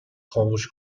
خاموش